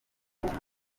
ubuntu